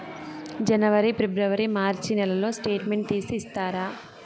జనవరి, ఫిబ్రవరి, మార్చ్ నెలల స్టేట్మెంట్ తీసి ఇస్తారా?